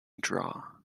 draw